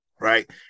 right